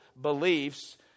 beliefs